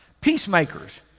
Peacemakers